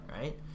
right